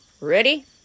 Ready